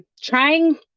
Trying